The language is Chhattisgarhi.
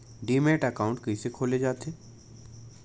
डीमैट अकाउंट कइसे खोले जाथे?